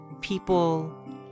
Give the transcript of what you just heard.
people